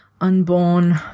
unborn